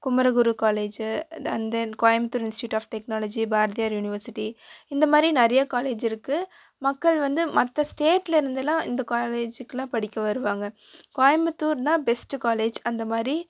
Kumaraguru college the and then Coimbatore institute of technology Bharathiar university இந்த மாதிரி நிறையா காலேஜ் இருக்குது மக்கள் வந்து மற்ற ஸ்டேட்டில் இருந்தெல்லாம் இந்த காலேஜிக்குலாம் படிக்க வருவாங்க கோயமுத்தூர்னால் பெஸ்ட்டு காலேஜ் அந்த மாதிரி